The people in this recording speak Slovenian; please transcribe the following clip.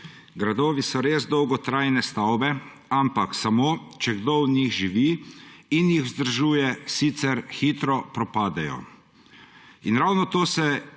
Gradovi so res dolgotrajne stavbe, ampak samo, če kdo v njih živi in jih vzdržuje, sicer hitro propadejo. Ravno to se